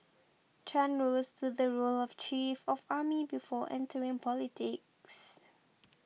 Chan rose to the role of chief of army before entering politics